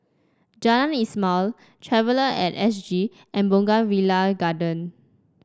Jalan Ismail Traveller at S G and Bougainvillea Garden